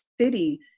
City